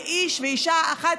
כאיש ואישה אחת,